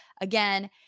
again